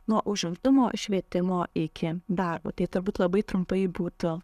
nuo užimtumo švietimo iki darbo tai turbūt labai trumpai būtų